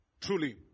Truly